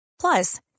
plus